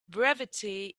brevity